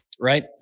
Right